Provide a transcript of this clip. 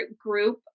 group